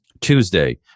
tuesday